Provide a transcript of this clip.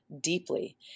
deeply